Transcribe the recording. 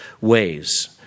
ways